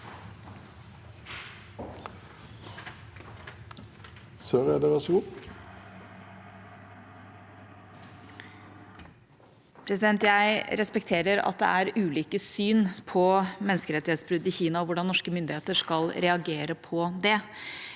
Jeg respekterer at det er ulike syn på menneskerettighetsbrudd i Kina og hvordan norske myndigheter skal reagere på det.